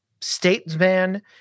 statesman